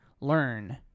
learn